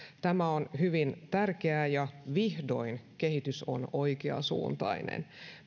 tämä on hyvin tärkeää ja vihdoin kehitys on oikeansuuntainen